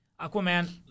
Aquaman